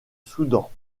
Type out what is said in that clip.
soudan